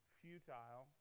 futile